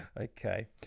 okay